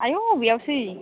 आयौ अबेयावसै